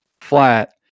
flat